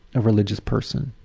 a religious person,